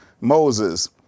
Moses